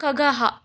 खगः